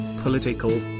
political